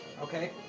Okay